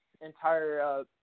entire